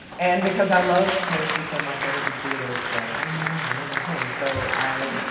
and because i love poetry so much i didn't see it as like, oh my god, another thing. so i